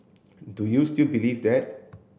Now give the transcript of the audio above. do you still believe that